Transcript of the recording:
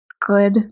good